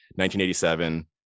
1987